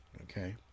okay